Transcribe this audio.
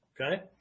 okay